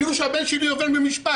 כאילו שהבן שלי עומד למשפט.